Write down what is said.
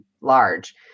large